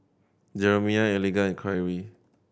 Jeremie Eliga and Kyree